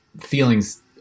feelings